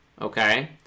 okay